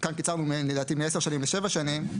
קצת סותרים את הרציונל של כל ההסדר הזה.